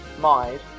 Mind